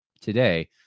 today